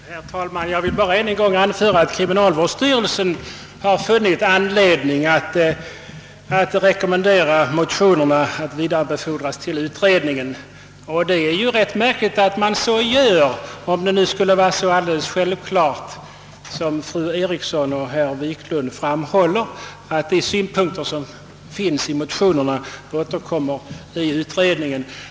Herr talman! Jag vill bara ännu en gång anföra att kriminalvårdsstyrelsen har funnit anledning rekommendera att motionerna vidarebefordras till utredningen. Det är rätt märkligt med denna rekommendation om det, som fru Eriksson i Stockholm och herr Wiklund menar, är så självklart att synpunkterna i motionerna återfinns i utredningen.